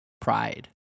pride